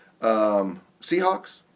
Seahawks